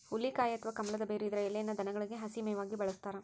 ಹುಲಿಕಾಯಿ ಅಥವಾ ಕಮಲದ ಬೇರು ಇದರ ಎಲೆಯನ್ನು ದನಗಳಿಗೆ ಹಸಿ ಮೇವಾಗಿ ಬಳಸ್ತಾರ